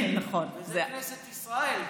וזה כנסת ישראל,